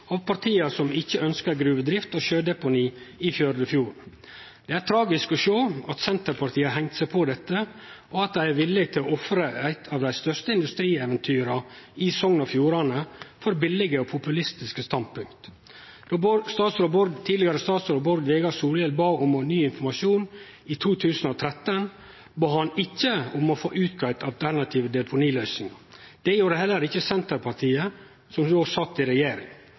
partia som ikkje ønskjer gruvedrift og sjødeponi i Førdefjorden. Det er tragisk å sjå at Senterpartiet har hengt seg på dette, og at dei er villige til å ofre eit av dei største industrieventyra i Sogn og Fjordane for billige og populistiske standpunkt. Då tidlegare statsråd Bård Vegar Solhjell bad om ny informasjon i 2013, bad han ikkje om å få greidd ut alternative deponiløysingar. Det gjorde heller ikkje Senterpartiet, som då sat i regjering.